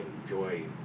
enjoy